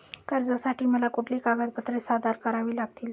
कर्जासाठी मला कुठली कागदपत्रे सादर करावी लागतील?